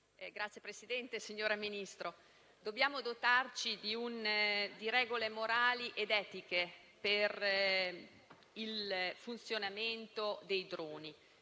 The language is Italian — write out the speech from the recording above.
*(PD)*. Signor Ministro, dobbiamo dotarci di regole morali ed etiche per il funzionamento dei droni,